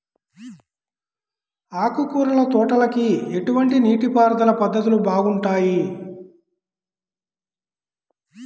ఆకుకూరల తోటలకి ఎటువంటి నీటిపారుదల పద్ధతులు బాగుంటాయ్?